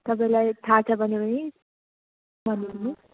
तपाईँलाई थाहा छ भने पनि भनिदिनु